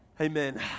amen